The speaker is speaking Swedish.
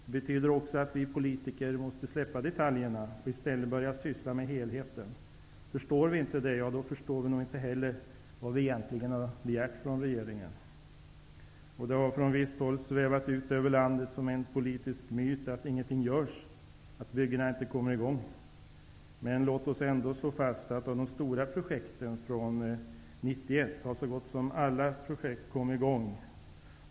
Det betyder också att vi politiker måste släppa detaljerna och i stället börja syssla med helheten. Förstår vi inte detta, ja då förstår vi nog inte heller vad vi egentligen har begärt från regeringen. Det har från visst håll svävat ut över landet som en politisk myt att ingenting görs och att byggena inte kommer i gång. Men låt oss ändå slå fast att från besluten 1991 har så gott som alla stora projekt kommit i gång.